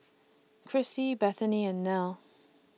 Crissie Bethany and Nelle